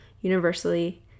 universally